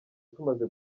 tumaze